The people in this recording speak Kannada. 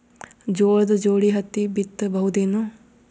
ಜೋಳದ ಜೋಡಿ ಹತ್ತಿ ಬಿತ್ತ ಬಹುದೇನು?